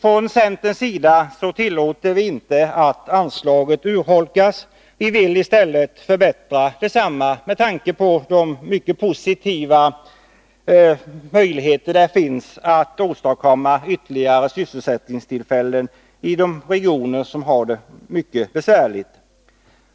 Från centerns sida tillåter vi inte att anslaget urholkas. Vi vill i stället förbättra det med tanke på de mycket positiva möjligheter som finns att åstadkomma ytterligare sysselsättningstillfällen i de regioner som har det mycket besvärligt.